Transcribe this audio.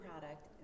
product